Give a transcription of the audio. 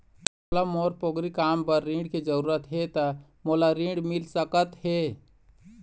मोला मोर पोगरी काम बर ऋण के जरूरत हे ता मोला ऋण मिल सकत हे?